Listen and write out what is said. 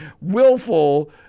willful